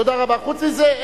חוץ מזה,